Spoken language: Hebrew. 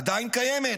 עדיין קיימת.